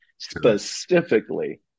specifically